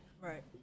Right